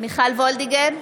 מיכל וולדיגר,